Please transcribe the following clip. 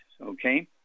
Okay